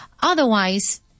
otherwise